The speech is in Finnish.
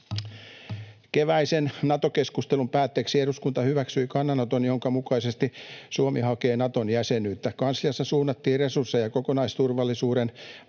Keväisen Nato-keskustelun päätteeksi eduskunta hyväksyi kannanoton, jonka mukaisesti Suomi hakee Naton jäsenyyttä. Kansliassa suunnattiin resursseja kokonaisturvallisuuden,